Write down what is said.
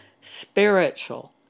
spiritual